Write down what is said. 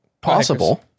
possible